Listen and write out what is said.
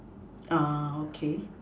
uh okay